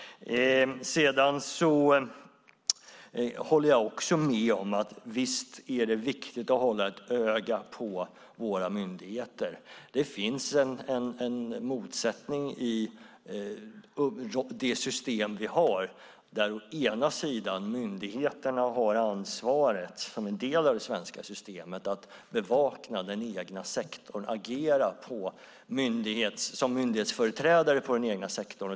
Jag håller också med om att det visst är viktigt att hålla ett öga på våra myndigheter. Det finns en motsättning i det system vi har där myndigheterna har ansvaret som en del av det svenska systemet att bevaka den egna sektorn och agera som myndighetsföreträdare i den egna sektorn.